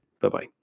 Bye-bye